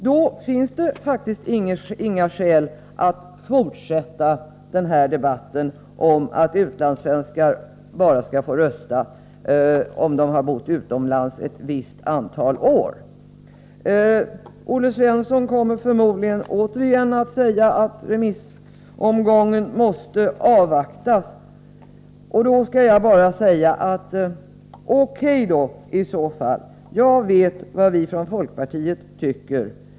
Då finns det faktiskt inga skäl att fortsätta den här debatten om Nr 126 att utlandssvenskar bara skall få rösta om de har bott utomlands ett visst antal EE Fredagen den Olle Svensson kommer förmodligen återigen att säga att remissomgången 13 april 1284 åsti aktas. I så fall skall jag bi äga: O.K., j t vad vi från ; måste avv all skall jag bara säga jag vet vad vi fr Vista frågor på det folkpartiet tycker.